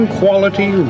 quality